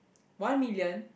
one million